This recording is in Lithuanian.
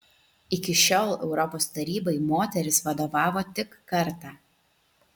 iki šiol europos tarybai moteris vadovavo tik kartą